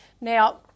Now